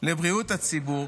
לבריאות הציבור,